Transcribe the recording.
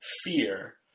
fear